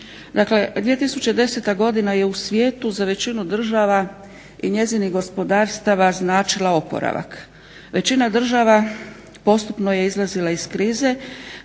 2010. godina je u svijetu za većinu država i njezinih gospodarstava značila oporavak. Većina država postupno je izlazila iz krize